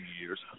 years